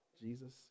Jesus